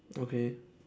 okay